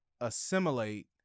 assimilate